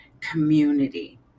community